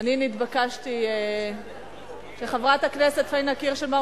אני נתבקשתי חברת הכנסת פאינה קירשנבאום